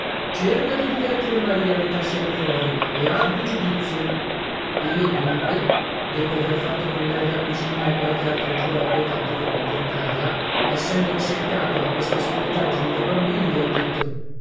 cerca di divertire maria mentre siamo fuori e abbi giudizio io dunque dopo aver fatto con lei da cucina e qualche altro giuoco tanto per contentarla essendomi seccato a queste stupidaggini da bambini le ho detto